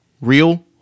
real